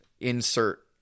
insert